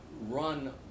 run